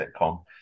sitcom